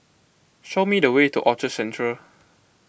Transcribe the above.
show me the way to Orchard Central